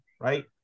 right